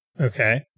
Okay